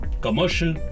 commercial